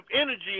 energy